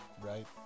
Right